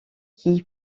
qui